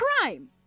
crime